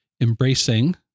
embracing